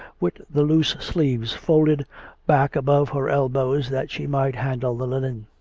with the loose sleeves folded back above her elbows that she might handle the linen